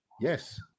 yes